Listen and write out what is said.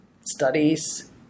studies